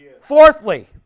Fourthly